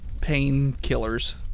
painkillers